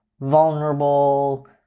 vulnerable